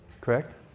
correct